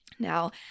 Now